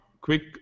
quick